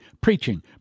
preaching